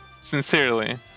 Sincerely